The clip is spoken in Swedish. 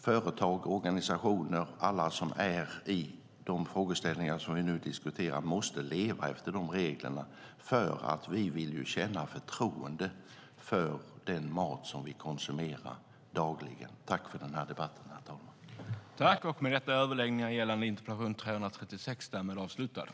Företag, organisationer och alla som är i de frågeställningar som vi nu diskuterar måste leva efter de reglerna. Vi vill ju känna förtroende för den mat som vi konsumerar dagligen. Tack för den här debatten, herr talman!